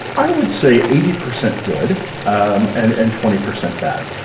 i would say eighty percent good um and and twenty percent bad.